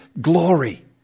glory